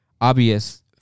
obvious